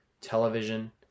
television